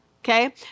Okay